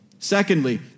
Secondly